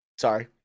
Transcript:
sorry